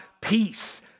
peace